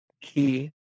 key